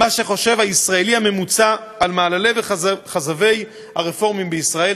מה שחושב הישראלי הממוצע על מעללי וכזבי הרפורמים בישראל.